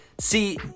See